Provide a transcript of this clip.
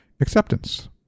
acceptance